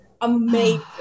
amazing